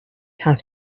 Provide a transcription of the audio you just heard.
have